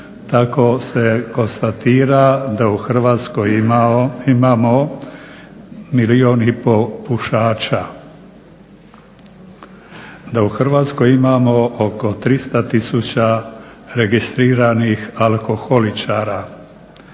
tako se konstatira da u Hrvatskoj imamo milijun i pol pušača, da u Hrvatskoj imamo oko 300 tisuća registriranih alkoholičara,